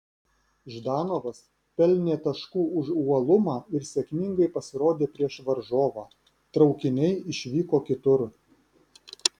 ždanovas pelnė taškų už uolumą ir sėkmingai pasirodė prieš varžovą traukiniai išvyko kitur